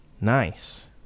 Nice